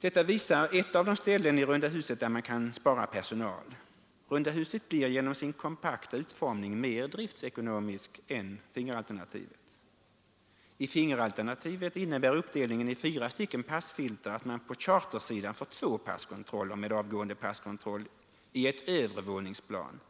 Bilden visar ett av de ställen i runda huset där man kan spara personal. Runda huset blir genom sin kompakta utformning mer driftekonomiskt än fingeralternativet. I fingeralternativet innebär uppdelningen i fyra passfilter att man på chartersidan får två passkontroller men kontroll för avgående i ett övre våningsplan